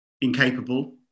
incapable